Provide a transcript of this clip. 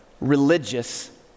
religious